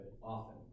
often